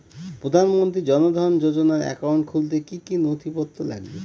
প্রধানমন্ত্রী জন ধন যোজনার একাউন্ট খুলতে কি কি নথিপত্র লাগবে?